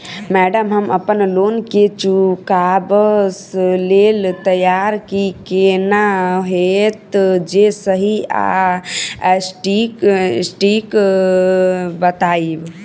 Madam हम अप्पन loan केँ चुकाबऽ लैल तैयार छी केना हएत जे सही आ सटिक बताइब?